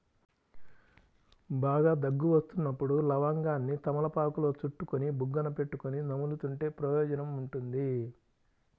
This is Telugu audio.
బాగా దగ్గు వస్తున్నప్పుడు లవంగాన్ని తమలపాకులో చుట్టుకొని బుగ్గన పెట్టుకొని నములుతుంటే ప్రయోజనం ఉంటుంది